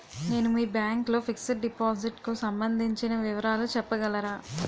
నేను మీ బ్యాంక్ లో ఫిక్సడ్ డెపోసిట్ కు సంబందించిన వివరాలు చెప్పగలరా?